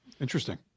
interesting